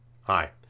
Hi